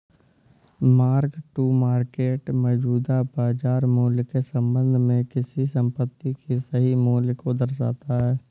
mark to market मौजूदा बाजार मूल्य के संबंध में किसी संपत्ति के सही मूल्य को दर्शाता है